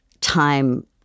time